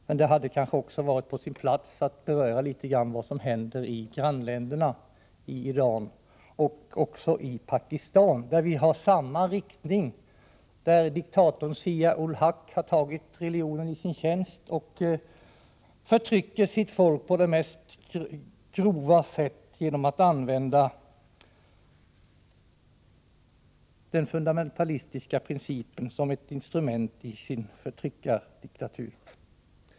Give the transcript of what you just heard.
Men det hade kanske varit på sin plats att något beröra vad som händer i grannländerna, i Iran och också i Pakistan, där diktatorn Zia-ul-Haq har tagit religionen i sin tjänst och använder den fundamentalistiska principen som ett instrument för att förtrycka folket.